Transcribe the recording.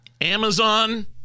Amazon